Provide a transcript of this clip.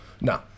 No